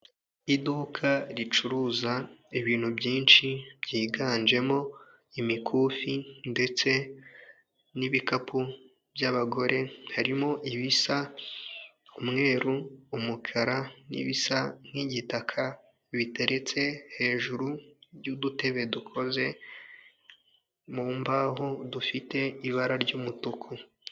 Iduka ricuruza ibintu byinshi byiganjemo imikufi ndetse n'ibikapu by'abagore harimo ibisa umweru, umukara n'ibisa nk'igitaka biteretse hejuru y'udutebe dukoze mu mbaho dufite ibara ry'umutuku.